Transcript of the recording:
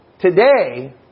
Today